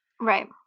Right